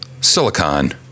Silicon